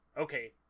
okay